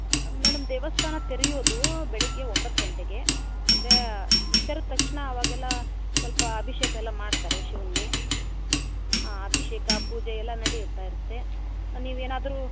madam ದೇವಸ್ಥಾನ ತೆರೆಯೋದು ಬೆಳಿಗ್ಗೆ ಒಂಬತ್ತು ಗಂಟೆಗೆ ಅಂದರೆ ತೆರದ ತಕ್ಷಣ ಅವಾಗೆಲ್ಲ ಸ್ವಲ್ಪ ಅಭಿಷೇಕ ಎಲ್ಲ ಮಾಡ್ತಾರೆ ಶಿವನಿಗೆ ಹಾಂ ಅಭಿಷೇಕ ಪೂಜೆ ಎಲ್ಲ ನಡೆಯುತ್ತಾ ಇರುತ್ತೆ ನೀವು ಏನಾದರೂ